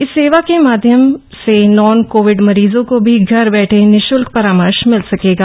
इस सेवा के माध्यम से नॉन कोविड मरीजों को भी घर बैठे निशुल्क परामर्श मिल सकेगा